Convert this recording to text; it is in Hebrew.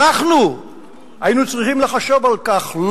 אנחנו היינו צריכים לחשוב על כך.